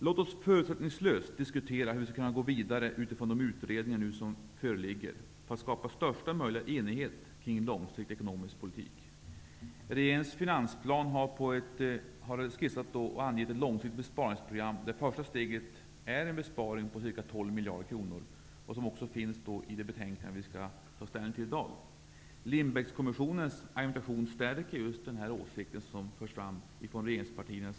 Låt oss förutsättningslöst diskutera hur vi skall kunna gå vidare utifrån de utredningar som nu föreligger och skapa största möjliga enighet kring en långsiktig ekonomisk politik. Regeringens finansplan anger ett långsiktigt besparingsprogram där det första steget är en besparing på ca 12 miljarder kronor. Det finns också med i det betänkande vi skall ta ställning till i dag. Lindbeckkommissionens argumentation stärker just den åsikt som förs fram från regeringspartierna.